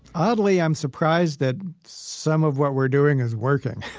oddly i'm surprised that some of what we're doing is working